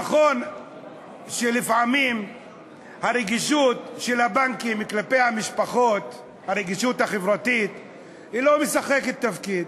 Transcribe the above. נכון שלפעמים הרגישות החברתית של הבנקים כלפי המשפחות לא משחקת תפקיד.